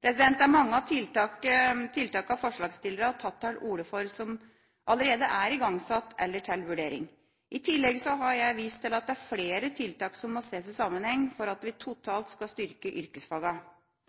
Det er mange av tiltakene forslagsstillerne har tatt til orde for som allerede er igangsatt eller til vurdering. I tillegg har jeg vist til at det er flere tiltak som må ses i sammenheng for at vi totalt skal styrke